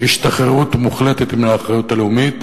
השתחררות מוחלטת מהאחריות הלאומית,